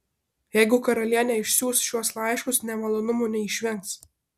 jeigu karalienė išsiųs šiuos laiškus nemalonumų neišvengs